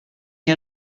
que